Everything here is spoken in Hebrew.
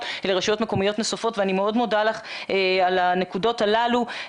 ולרשויות מקומיות נוספות ואני מאוד מודה לך על הנקודות הללו.